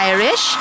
Irish